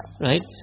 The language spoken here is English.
right